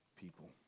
people